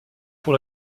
pour